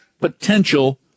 potential